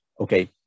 Okay